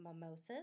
Mimosas